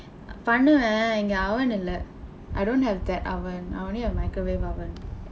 பண்ணுவேன் இங்க:pannuveen ingka oven இல்லை:illai I don't have that oven I only have microwave over